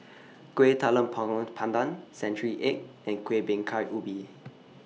Kuih Talam Tepong Pandan Century Egg and Kueh Bingka Ubi